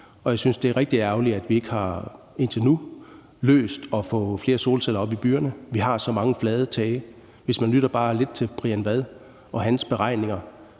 og jeg synes, det er rigtig ærgerligt, at vi ikke, indtil nu, har løst det med at få flere solceller op i byerne. Vi har så mange flade tage. Hvis man lytter bare lidt til Brian Vad Mathiesen og hans beregninger,